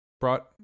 brought